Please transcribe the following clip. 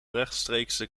rechtstreekse